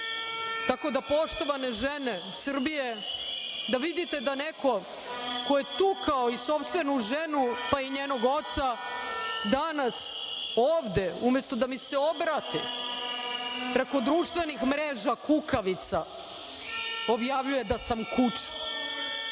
domu. Poštovane žene Srbije, da vidite da neko ko je tukao i sopstvenu ženu, pa i njenog oca, danas ovde umesto da mi se obrati preko društvenih mreža, kukavica, objavljuje da sam kuče.